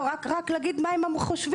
רק להגיד מה הם חושבים.